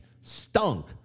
stunk